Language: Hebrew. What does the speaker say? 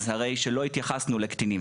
אז הרי שלא התייחסנו לקטינים.